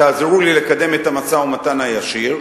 תעזרו לי לקדם את המשא-ומתן הישיר,